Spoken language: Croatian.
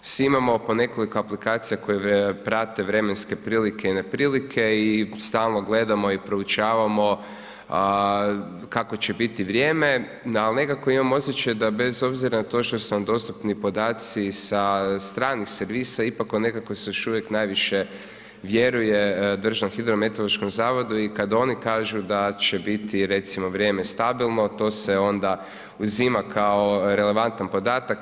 Svi imamo po nekoliko aplikacija koje prave vremenske prilike i neprilike i stalno gledamo i proučavamo kakvo će biti vrijeme, ali nekako imam osjećaj da bez obzira na to što su nam dostupni podaci sa stranih servisa ipak nekako se još uvijek najviše vjeruje DMHZ-u i kad oni kažu da će biti, recimo vrijeme stabilno, to se onda uzima kao relevantan podatak.